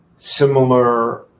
similar